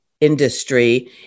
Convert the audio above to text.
industry